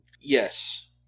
Yes